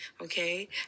okay